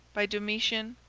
by domitian,